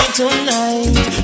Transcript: tonight